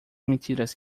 mentiras